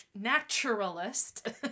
naturalist